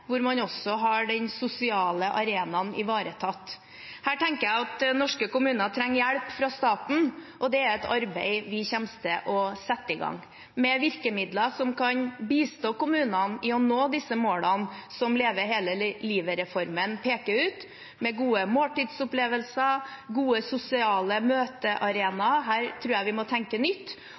hvor man også har den sosiale arenaen ivaretatt. Her tenker jeg at norske kommuner trenger hjelp fra staten, og det er et arbeid vi kommer til å sette i gang, med virkemidler som kan bistå kommunene i å nå disse målene som Leve hele livet-reformen peker ut, med gode måltidsopplevelser, gode sosiale møtearenaer – her tror jeg vi må tenke nytt